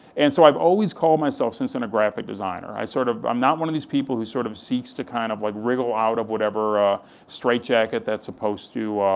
and so i've always called myself, since then, a graphic designer, sort of i'm not one of these people who sort of seeks to kind of like wriggle out of whatever ah straitjacket that's supposed to